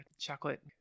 chocolate